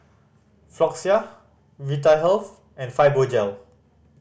Floxia Vitahealth and Fibogel